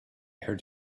heard